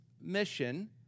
mission